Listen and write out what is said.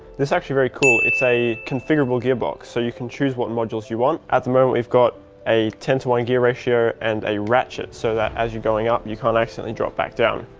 it's actually very cool it's a configurable gearbox so you can choose what modules you want. at the moment we've got a ten to one gear ratio and a ratchet so that as you're going up you can't accidentally drop back down.